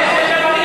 כשמדובר בגפני,